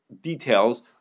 details